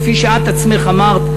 כפי שאת עצמך אמרת,